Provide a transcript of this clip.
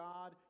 God